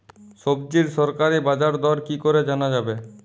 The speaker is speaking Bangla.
সবজির সরকারি বাজার দর কি করে জানা যাবে?